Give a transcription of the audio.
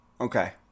Okay